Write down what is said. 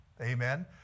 Amen